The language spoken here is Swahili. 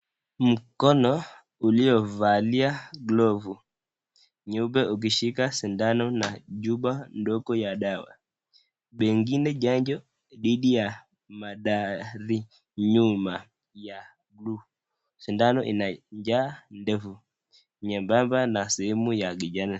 Mkono uliyovalia nyeupe ukishika sindano na chupa ndogo ya dawa pengine chanjo pidhi ya madhari nyuma ya hii, sindano inajaa ndaevu nyembamba na sehemu ya kijani.